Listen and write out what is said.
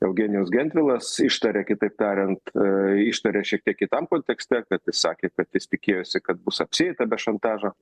eugenijus gentvilas ištarė kitaip tariant ištarė šiek tiek kitam kontekste kad jis sakė kad jis tikėjosi kad bus apsieita be šantažo